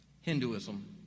Hinduism